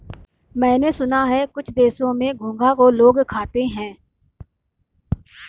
मैंने सुना है कुछ देशों में घोंघा को लोग खाते हैं